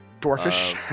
dwarfish